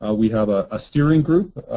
ah we have a ah steering group,